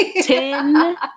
Ten